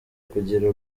kugira